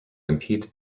compete